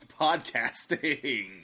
podcasting